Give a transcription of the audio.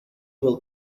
will